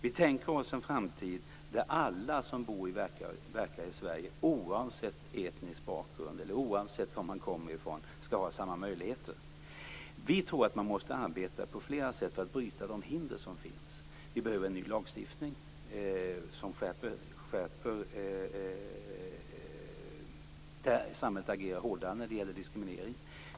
Vi tänker oss en framtid där alla som bor och verkar i Sverige - oavsett etnisk bakgrund, oavsett var man kommer ifrån - skall ha samma möjligheter. Vi tror att man måste arbeta på flera sätt för att bryta ned de hinder som finns. Vi behöver en ny lagstiftning där samhället agerar hårdare när det gäller diskriminering.